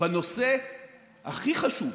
בנושא הכי חשוב,